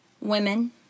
Women